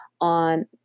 on